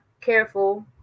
careful